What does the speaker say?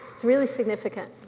it's really significant.